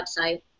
website